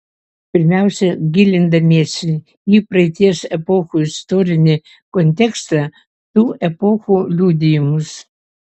pirmiausia gilindamiesi į praeities epochų istorinį kontekstą tų epochų liudijimus